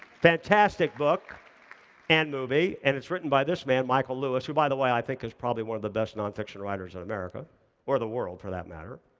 fantastic book and movie, and it is written by this man, michael lewis, who by the way, i think he's probably one of the best non-fiction writers in america or the world for that matter.